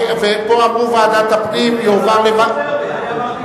הפעלת מעלית שבת בבניין שבו מעלית אחת),